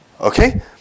Okay